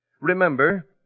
Remember